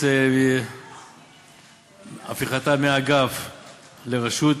הפיכתה מהאגף לרשות,